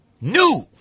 New